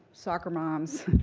social moms